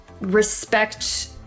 respect